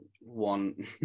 one